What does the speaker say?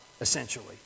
essentially